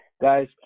guys